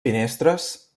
finestres